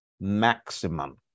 Maximum